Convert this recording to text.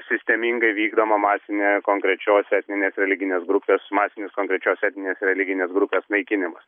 sistemingai vykdoma masinė konkrečios etninės religinės grupės masinis konkrečios etninės religinės grupės naikinimas